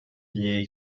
llei